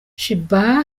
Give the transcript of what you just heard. sheebah